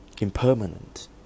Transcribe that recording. impermanent